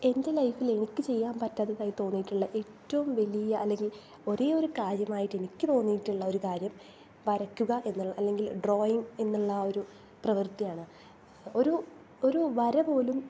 എൻ്റെ ലൈഫിൽ എനിക്ക് ചെയ്യാൻ പറ്റാത്തതായി തോന്നിയിട്ടുള്ള ഏറ്റവും വലിയ അല്ലെങ്കിൽ ഒരേ ഒരു കാര്യമായിട്ട് എനിക്ക് തോന്നിയിട്ടുള്ള ഒരു കാര്യം വരയ്ക്കുക എന്ന് അല്ലെങ്കിൽ ഡ്രോയിങ്ങ് എന്നുള്ള ആ ഒരു പ്രവൃത്തിയാണ് ഒരു ഒരു വര പോലും